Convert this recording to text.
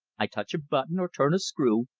i touch a button or turn a screw,